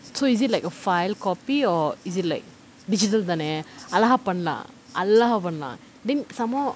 so is it like a file copy or is it like digital தானே அழகா பண்லாம் அழகா பண்லாம்:thanae alagaa panlaam alagaa panlaam then some more